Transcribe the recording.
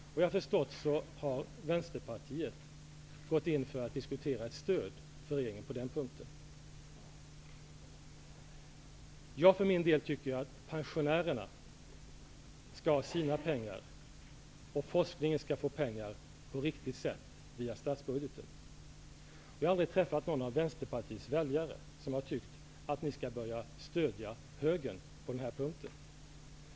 Såvitt jag har förstått har Vänsterpartiet gått in för att diskutera ett stöd för regeringen på den punkten. Jag tycker för min del att pensionärerna skall ha sina pengar och att forskningen skall få pengar på riktigt sätt, via statsbudgeten. Vi har aldrig träffat någon av Vänsterpartiets väljare som har tyckt att vi skall behöva stödja högern på denna punkt.